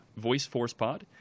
voiceforcepod